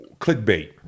clickbait